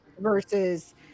Versus